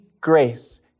grace